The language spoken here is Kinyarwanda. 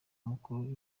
mukuru